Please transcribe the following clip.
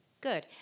good